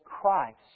Christ